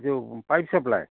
ଯେଉଁ pipe supply